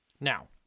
Now